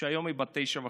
שהיום היא בת תשע וחצי,